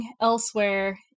elsewhere